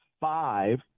five